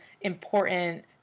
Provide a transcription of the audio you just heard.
important